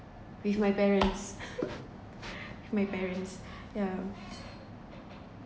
with my parents with my parents yeah